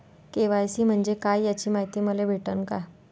KYC म्हंजे काय याची मायती मले भेटन का?